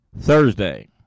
Thursday